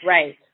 Right